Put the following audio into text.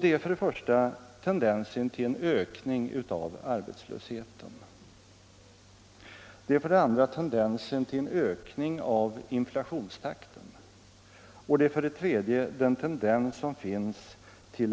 Det är för det första tendensen till en ökning av arbetslösheten, för det andra tendensen till en ökning av inflationstakten och för det tredje tendensen till